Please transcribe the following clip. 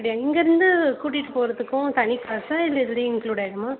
but இங்கேருந்து கூட்டிட்டு போகிறதுக்கும் தனி காசா இல்லை இதுலேயே இன்க்லூட் ஆகிடுமா